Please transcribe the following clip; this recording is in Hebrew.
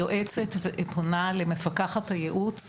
היועצת פונה למפקחת הייעוץ.